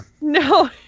No